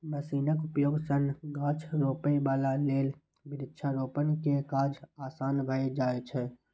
मशीनक उपयोग सं गाछ रोपै बला लेल वृक्षारोपण के काज आसान भए जाइ छै